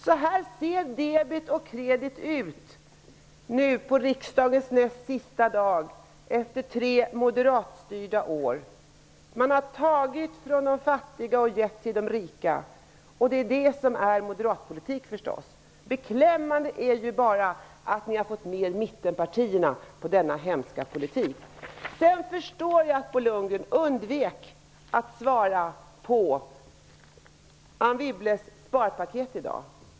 Så här ser debet och kredit ut på riksdagens näst sista dag, efter tre moderatstyrda år. Man har tagit från de fattiga och gett till de rika. Det är det som är moderatpolitik, förstås. Beklämmande är bara att ni har fått med er mittenpartierna på denna hemska politik. Jag förstår att Bo Lundgren undvek att svara på frågan om Anne Wibbles sparpaket som presenterades i dag.